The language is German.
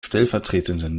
stellvertretenden